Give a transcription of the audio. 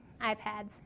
iPads